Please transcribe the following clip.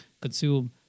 consume